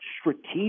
strategic